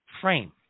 frame